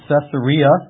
Caesarea